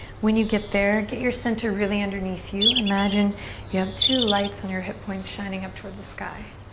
when you get there, get your center really underneath you. imagine you have two lights on your hip points shining up towards the sky.